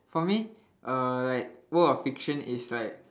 for me uh like world of fiction is like